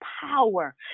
power